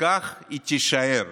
וכך היא תישאר.